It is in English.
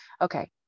Okay